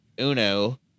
Uno